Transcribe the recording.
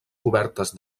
cobertes